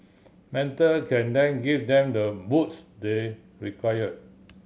mentor can then give them the boost they require